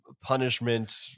punishment